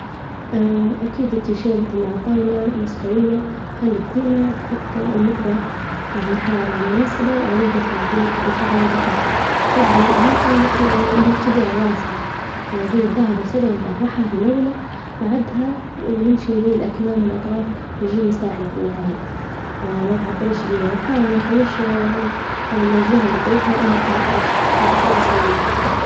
أكيد التيشيرت إللي على الطاولة مستوية خليك ديما تحط المكوة على حرارة مناسبة وعلى البخار، ديما نحب نشغل البخار وأبدي من أماكن يعني الكبيرة الواسعة، زي الظهر، والصدر نطرحها هي الأولى، بعدها ونمشي الأطراف يجيني سهلة في النهاية، ما تعطليش بي ونحأول ما نخليش الجهة إللي كويتها إنها تعكرش باش ما تخربش مني.